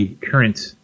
current